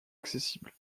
accessible